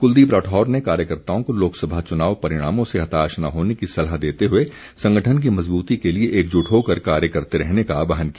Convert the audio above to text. क्लदीप राठौर ने कार्यकर्ताओं को लोकसभा चुनाव परिणामों से हताश न होने की सलाह देते हुए संगठन की मज़बूती के लिए एकजुट होकर कार्य करते रहने का आहवान किया